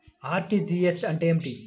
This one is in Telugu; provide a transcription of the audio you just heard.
అర్.టీ.జీ.ఎస్ అంటే ఏమిటి?